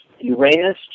Uranus